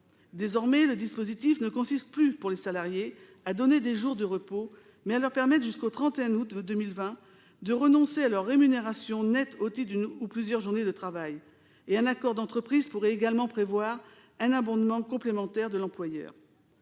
Désormais, le dispositif ne consiste plus pour les salariés à donner des jours de repos, mais à leur permettre, jusqu'au 31 août 2020, de renoncer à leur rémunération nette au titre d'une ou de plusieurs journées de travail. Un accord d'entreprise pourrait également prévoir un abondement complémentaire de l'employeur.